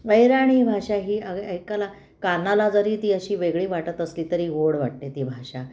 अहिराणी भाषा ही अ ऐकायला कानाला जरी ती अशी वेगळी वाटत असली तरी गोड वाटते ती भाषा